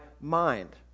mind